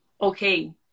okay